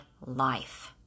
life